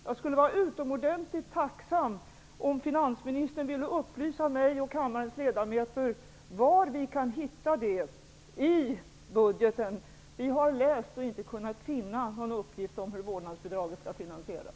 Jag skulle vara utomordentligt tacksam om finansministern kunde upplysa mig och kammarens ledamöter om var i budgeten vi kan hitta detta. Vi har läst men inte kunnat finna någon uppgift om hur vårdnadsbidraget skall finansieras.